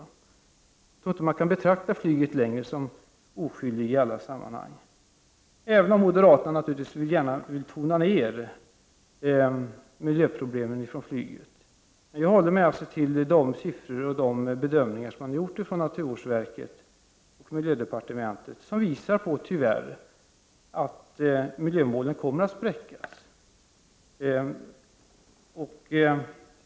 Jag tror inte att man längre kan betrakta flyget som oskyldigt i alla sammanhang, även om moderaterna naturligtvis gärna vill tona ner miljöproblemen från flyget. Men jag håller mig till de siffror och de bedömningar som naturvårdsverket och miljödepartementet har tagit fram och som tyvärr visar att miljömålen kommer att spräckas.